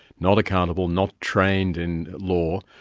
not accountable, not trained in law,